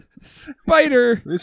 Spider